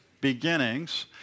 Beginnings